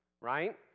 right